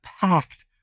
packed